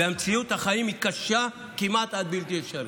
ומציאות החיים קשה כמעט בלתי אפשרית.